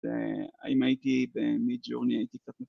ואם הייתי במיד-ג'ורני הייתי